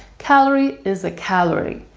calorie is a calorie.